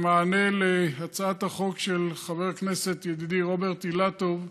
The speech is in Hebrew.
במענה על הצעת החוק של חבר הכנסת ידידי רוברט אילטוב,